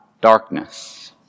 darkness